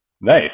nice